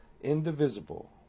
indivisible